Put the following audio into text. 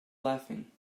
laughing